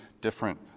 different